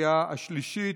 לקריאה השלישית.